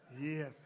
Yes